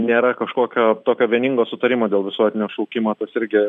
nėra kažkokio tokio vieningo sutarimo dėl visuotinio šaukimo tas irgi